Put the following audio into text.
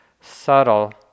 subtle